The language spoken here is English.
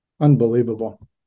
Unbelievable